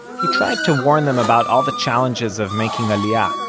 he tried to warn them about all the challenges of making aliyah,